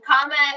comment